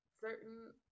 certain